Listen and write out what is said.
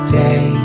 day